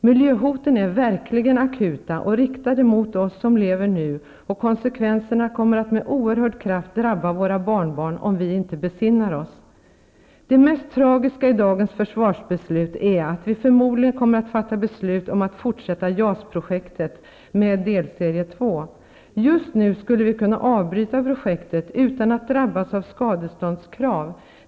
Miljöhoten är verkligen akuta och riktade mot oss som lever nu. Konsekvenserna kommer med oerhörd kraft att drabba våra barnbarn om vi inte besinnar oss. Det mest tragiska i dagens försvarsbeslut är att vi förmodligen kommer att fatta beslut om att fortsätta JAS-projektet med delserie 2. Just nu skulle vi kunna avbryta projektet utan att drabbas av skadeståndskrav.